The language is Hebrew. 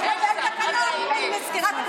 הוא אמר לי שהוא מסמיק, ואין לו מספיק דם